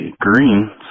green